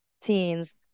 teens